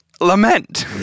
lament